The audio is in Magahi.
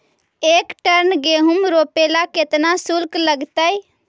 एक टन गेहूं रोपेला केतना शुल्क लगतई?